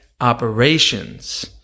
operations